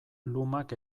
lumak